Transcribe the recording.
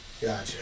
Gotcha